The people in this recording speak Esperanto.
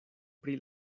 pri